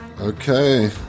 Okay